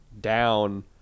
down